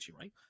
right